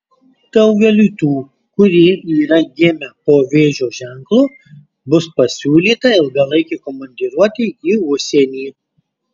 daugeliui tų kurie yra gimę po vėžio ženklu bus pasiūlyta ilgalaikė komandiruotė į užsienį